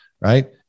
right